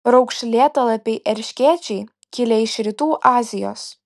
raukšlėtalapiai erškėčiai kilę iš rytų azijos